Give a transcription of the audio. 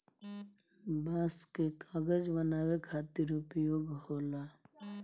बांस कअ कागज बनावे खातिर उपयोग होला